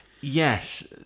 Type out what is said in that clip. yes